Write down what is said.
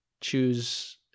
choose